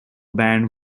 band